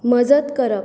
मजत करप